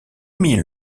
mille